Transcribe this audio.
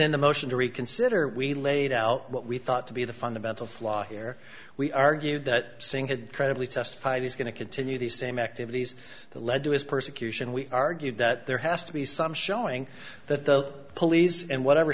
in the motion to reconsider we laid out what we thought to be the fundamental flaw here we argued that singh had credibly testified he's going to continue the same activities that led to his persecution we argued that there has to be some showing that the police and whatever